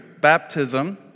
Baptism